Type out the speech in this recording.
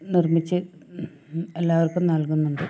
നിർമ്മിച്ച് എല്ലാവർക്കും നൽകുന്നുണ്ട്